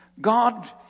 God